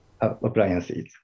appliances